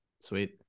Sweet